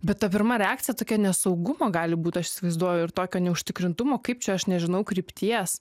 bet ta pirma reakcija tokia nesaugumo gali būt aš įsivaizduoju ir tokio neužtikrintumo kaip čia aš nežinau krypties